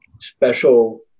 special